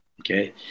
Okay